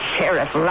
Sheriff